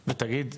תגיד,